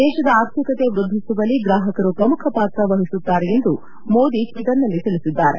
ದೇಶದ ಆರ್ಥಿಕತೆ ವೃದ್ಧಿಸುವಲ್ಲಿ ಗ್ರಾಹಕರು ಪ್ರಮುಖ ಪಾತ್ರ ವಹಿಸುತ್ತಾರೆ ಎಂದು ಮೋದಿ ಟ್ವಿಟ್ರ್ನಲ್ಲಿ ತಿಳಿಸಿದ್ದಾರೆ